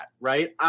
right